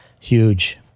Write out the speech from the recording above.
Huge